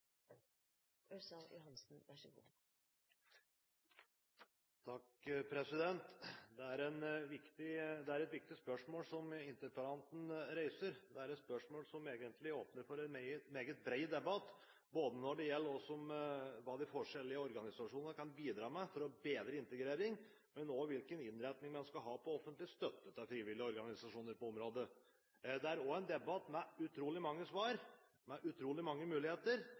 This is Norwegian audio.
Det er et viktig spørsmål interpellanten reiser; et spørsmål som egentlig åpner for en meget bred debatt både når det gjelder hva de forskjellige organisasjonene kan bidra med for å bedre integrering, og hvilken innretning en skal ha på offentlig støtte til frivillige organisasjoner på området. Det er også en debatt med utrolig mange svar, med utrolig mange muligheter,